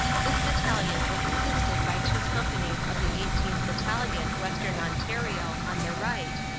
this battalion was assisted by two companies of the eighteenth. battalion, western ontario, on the right,